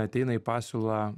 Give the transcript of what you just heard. ateina į pasiūlą